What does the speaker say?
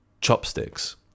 chopsticks